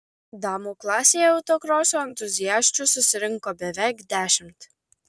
damų klasėje autokroso entuziasčių susirinko beveik dešimt